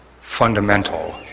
fundamental